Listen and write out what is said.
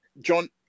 John